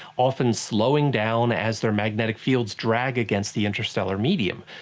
often slowing down as their magnetic fields drag against the interstellar medium.